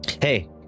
hey